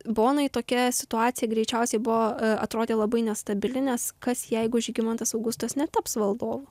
bonai tokia situacija greičiausiai buvo atrodė labai nestabili nes kas jeigu žygimantas augustas netaps valdovu